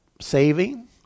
saving